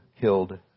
Killed